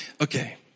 Okay